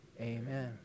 amen